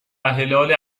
هلال